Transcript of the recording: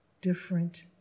different